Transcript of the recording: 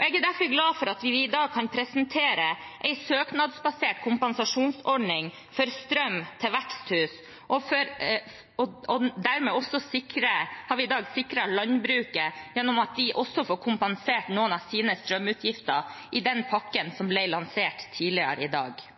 Jeg er derfor glad for at vi i dag kan presentere en søknadsbasert kompensasjonsordning for strøm til veksthus, og dermed har vi dag sikret landbruket gjennom at de også får kompensert noen av sine strømutgifter i den pakken som ble lansert tidligere i dag.